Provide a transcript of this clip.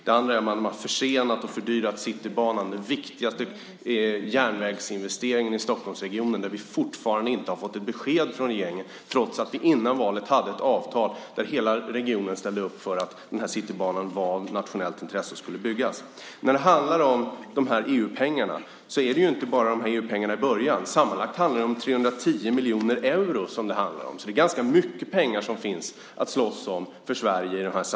Det andra är att man har försenat och fördyrat Citybanan - den viktigaste järnvägsinvesteringen i Stockholmsregionen där vi fortfarande inte har fått något besked från regeringen, trots att vi före valet hade ett avtal där hela regionen ställde upp, eftersom Citybanan var av nationellt intresse och skulle byggas. EU-pengarna handlar inte bara om pengar i början utan om sammanlagt 310 miljoner euro. Det är ganska mycket pengar att slåss om för Sverige.